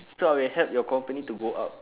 so I would help your company to go up